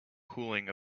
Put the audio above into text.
cooling